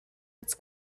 its